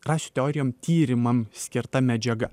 rasių teorijom tyrimam skirta medžiaga